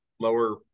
lower